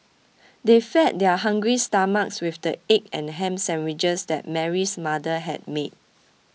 they fed their hungry stomachs with the egg and ham sandwiches that Mary's mother had made